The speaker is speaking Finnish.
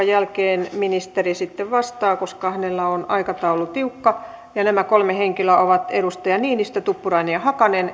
jälkeen ministeri sitten vastaa koska hänellä on tiukka aikataulu nämä kolme henkilöä ovat edustajat niinistö tuppurainen ja hakanen